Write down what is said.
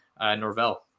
Norvell